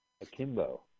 Akimbo